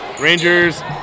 Rangers